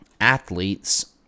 athletes